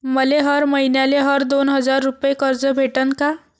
मले हर मईन्याले हर दोन हजार रुपये कर्ज भेटन का?